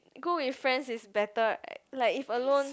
go with friends is better like if alone